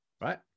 right